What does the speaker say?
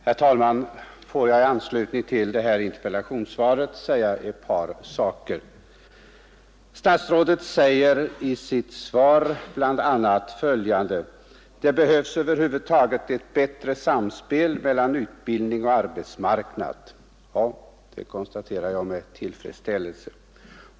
Herr talman! Får jag i anslutning till det här interpellationssvaret säga ett par saker. Statsrådet säger i sitt svar bl.a. följande: ”Det behövs över huvud taget ett bättre samspel mellan utbildning och arbetsmarknad.” Det konstaterar jag med tillfredsställelse.